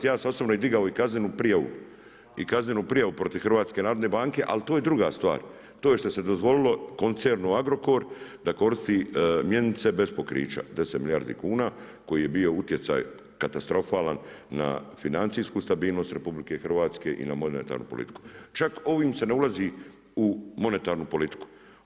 Ja sam osobno digao i kaznenu prijavu protiv HNB-a ali to je druga stvar, to je što se dozvolilo koncernu Agrokor da koristi mjenice bez pokrića 10 milijardi kuna koji je bio utjecaj katastrofalan na financijsku stabilnost RH i na monetarnu politiku, čak ovim se ne ulazi u monetarnu politiku.